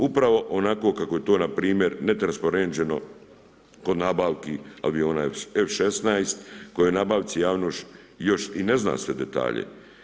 Upravo onako kako je to npr. netransparentno kod nabavci aviona F16 kojoj nabavci javnost još i ne zna sve detalje.